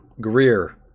Greer